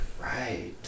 Right